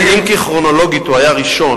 אדוני, אני, אני מכבדת אותך, חברת הכנסת תירוש.